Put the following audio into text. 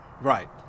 Right